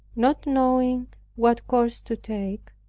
not knowing what course to take,